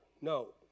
No